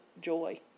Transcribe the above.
joy